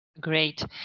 great